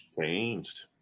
Changed